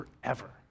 forever